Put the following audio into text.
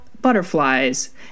butterflies